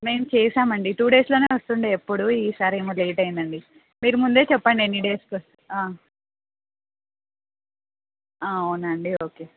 మేము చేసామండి టూ డేస్లోనే వస్తుండే ఎప్పుడు ఈసారి ఏమో లేట్ అయ్యందండి మీరు ముందే చెప్పండి ఎన్ని డేస్కి అవునాండి ఓకే